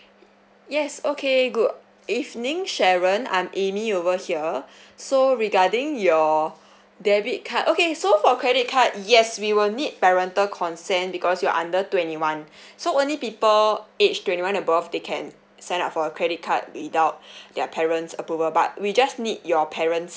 yes okay good evening sharon I'm amy over here so regarding your debit card okay so for credit card yes we will need parental consent because you're under twenty one so only people age twenty one above they can sign up for a credit card without their parents approval but we just need your parent's